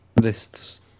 lists